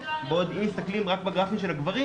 בעוד אם מסתכלים רק בגרפים של הגברים,